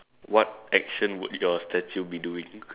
what action would your statue be doing